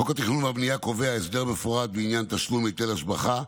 חוק התכנון והבנייה קובע הסדר מפורט בעניין תשלום היטל השבחה,